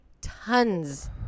tons